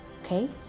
okay